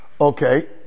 okay